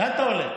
לאן אתה עולה?